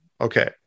okay